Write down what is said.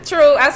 True